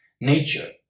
nature